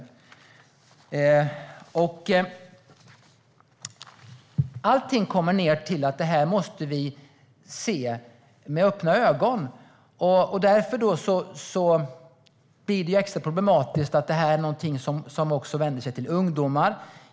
Allting kommer ned till att vi måste se detta med öppna ögon. Därför blir det extra problematiskt att det här är någonting som vänder sig till ungdomar.